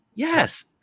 Yes